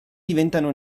diventano